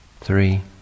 three